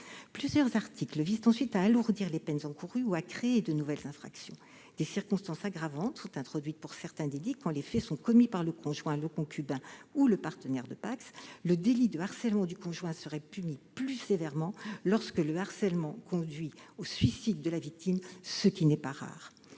Plusieurs articles visent ensuite à alourdir les peines encourues ou à créer de nouvelles infractions. Des circonstances aggravantes sont introduites pour certains délits, quand les faits sont commis par le conjoint, le concubin ou le partenaire de PACS. Le délit de harcèlement du conjoint serait puni plus sévèrement lorsque le harcèlement a conduit au suicide de la victime, ce qui n'est pas rare.